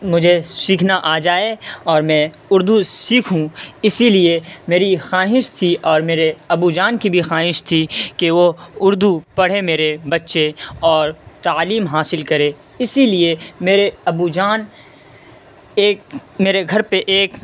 مجھے سیکھنا آ جائے اور میں اردو سیکھوں اسی لیے میری خواہش تھی اور میرے ابو جان کی بھی خواہش تھی کہ وہ اردو پڑھیں میرے بچے اور تعلیم حاصل کرے اسی لیے میرے ابو جان ایک میرے گھر پہ ایک